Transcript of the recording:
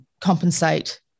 compensate